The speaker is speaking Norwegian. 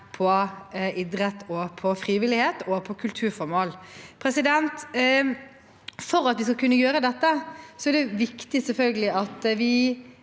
på idrett, frivillighet og kulturformål. For at vi skal kunne gjøre dette, er det selvfølgelig